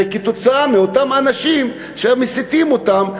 זה כתוצאה מאותם אנשים שמסיתים אותם,